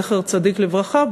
זכר צדיק לברכה,